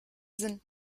sind